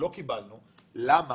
והם